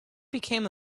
became